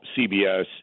cbs